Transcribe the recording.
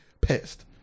pissed